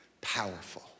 Powerful